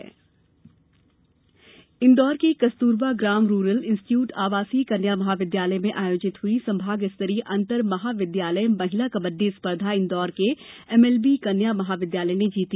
खेल इंदौर के Kasturba Gram rural institute आवासीय कन्या महाविद्यालय में आयोजित हुई संभाग स्तरीय अंतर महाविद्यालय महिला कबड्डी स्पर्धा इंदौर के एमएलबी कन्या महाविद्यालय ने जीती